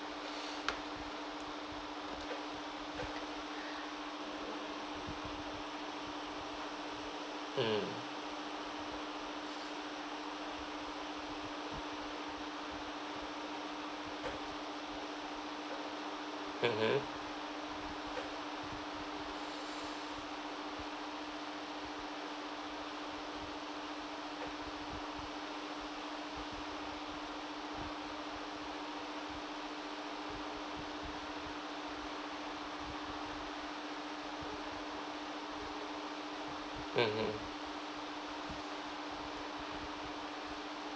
mm mmhmm mmhmm